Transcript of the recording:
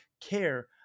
care